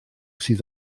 sydd